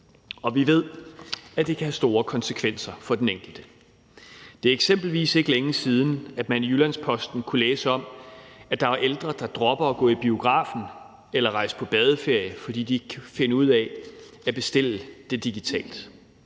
og vi ved, at det kan have store konsekvenser for den enkelte. Det er eksempelvis ikke længe siden, at man i Jyllands-Posten kunne læse om, at der er ældre, der dropper at gå i biografen eller rejse på badeferie, fordi de ikke kan finde ud af at bestille digitalt.